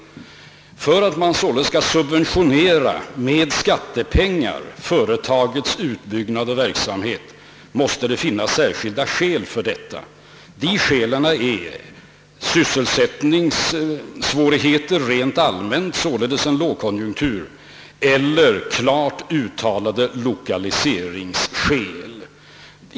Men för att man skall få på det sättet subventionera ett företags utbyggnad av verksamheten måste det föreligga särskilda skäl. De skälen är sysselsättningssvårigheter rent allmänt, alltså en lågkonjunktur, eller klart uttalade lokaliseringsskäl.